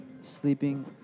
sleeping